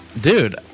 Dude